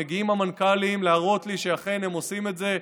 מגיעים המנכ"לים להראות לי שאכן הם עושים את זה.